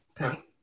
Okay